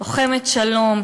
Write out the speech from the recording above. לוחמת שלום,